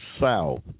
South